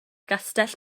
gastell